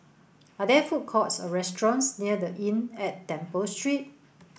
are there food courts or restaurants near The Inn at Temple Street